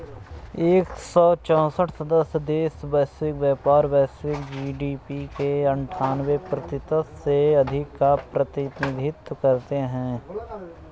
एक सौ चौसठ सदस्य देश वैश्विक व्यापार, वैश्विक जी.डी.पी के अन्ठान्वे प्रतिशत से अधिक का प्रतिनिधित्व करते हैं